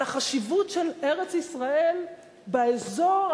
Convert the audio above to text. על החשיבות של ארץ-ישראל באזור,